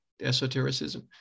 esotericism